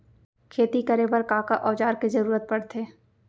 खेती करे बर का का औज़ार के जरूरत पढ़थे?